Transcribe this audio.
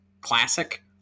classic